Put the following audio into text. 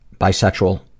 bisexual